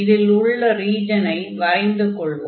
இதில் உள்ள ரீஜனை வரைந்து கொள்வோம்